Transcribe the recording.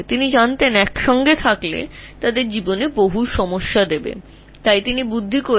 তিনি জানতেন যে একসাথে থাকলে তারা জীবনে অনেক বিশৃঙ্খলা সৃষ্টি করতে পারে